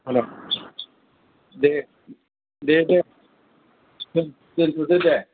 र' दे दे दे दोन दोन्थ'दो दे